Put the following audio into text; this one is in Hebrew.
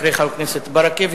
אחרי חבר הכנסת ברכה,